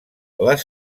les